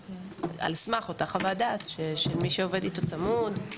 על סמך אותה חוות דעת של מי שעובד איתו בצמוד,